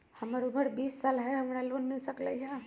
हमर उमर बीस साल हाय का हमरा लोन मिल सकली ह?